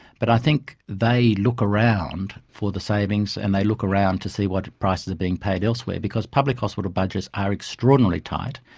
but i think they look around for the savings and they look around to see what prices are being paid elsewhere, because public hospital budgets are extraordinarily tight,